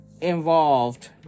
involved